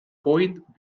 point